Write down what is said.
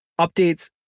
updates